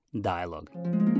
dialogue